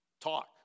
Talk